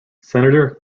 senator